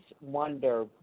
wonder